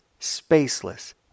spaceless